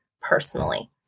personally